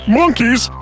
monkeys